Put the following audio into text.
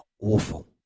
awful